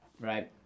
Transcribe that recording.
right